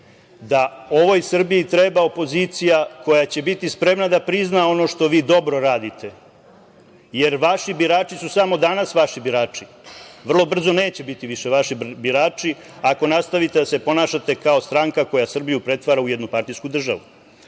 da ovoj Srbiji treba opozicija koja će biti spremna da prizna ono što vi dobro radite, jer vaši birači su samo danas vaši birači, vrlo brzo neće biti više vaši birači ako nastavite da se ponašate kao stranka koja Srbiju pretvara u jednopartijsku državu. Mnogi